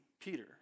Peter